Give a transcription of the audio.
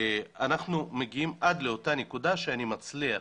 אנחנו מגיעים עד לאותה נקודה שאני מצליח